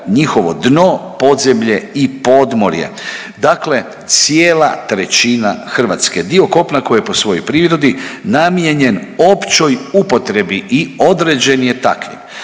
njihovo dno, podzemlje i podmorje. Dakle cijela trećina Hrvatske, dio kopna koje po svojoj prirodi namijenjen općoj upotrebi i određen je takvim,